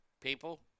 People